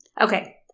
okay